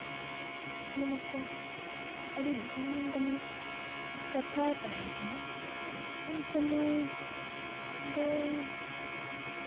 ᱢᱮᱱᱟ ᱠᱚ ᱟᱹᱰᱤ ᱫᱟᱢᱟᱱ ᱫᱟᱢᱟᱱ ᱠᱟᱛᱷᱟ ᱛᱟᱦᱮᱸ ᱠᱟᱱᱟ ᱩᱱ ᱥᱚᱢᱚᱭ ᱫᱚ